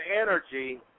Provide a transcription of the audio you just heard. energy